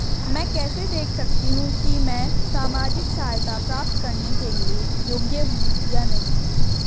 मैं कैसे देख सकती हूँ कि मैं सामाजिक सहायता प्राप्त करने के योग्य हूँ या नहीं?